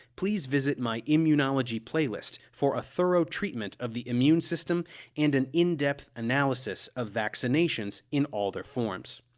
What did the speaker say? please visit my immunology playlist for a thorough treatment of the immune system and an in-depth analysis of vaccinations in all their forms.